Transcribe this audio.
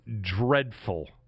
dreadful